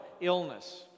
illness